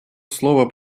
слова